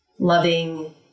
loving